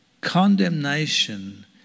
Condemnation